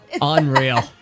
Unreal